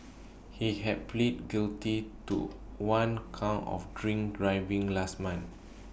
he had pleaded guilty to one count of drink driving last month